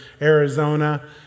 Arizona